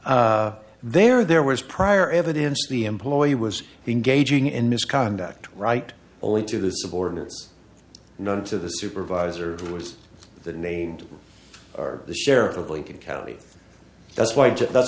m there there was prior evidence the employee was engaging in misconduct right only to the subordinates known to the supervisor who was the named or the sheriff of lincoln county that's why jim that's